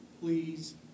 please